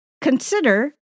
consider